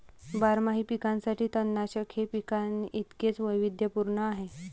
बारमाही पिकांसाठी तणनाशक हे पिकांइतकेच वैविध्यपूर्ण आहे